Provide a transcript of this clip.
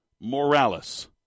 Morales